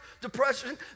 depression